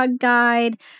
Guide